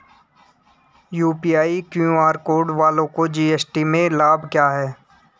UPI QR code वालों को GST में लाभ क्या है?